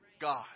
God